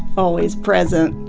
always present.